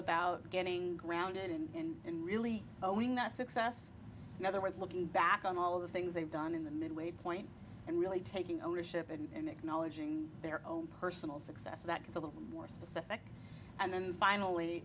about getting grounded in and really knowing that success in other words looking back on all the things they've done in the midway point and really taking ownership and acknowledging their own personal success that gets a little more specific and then finally